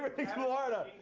but thinks florida.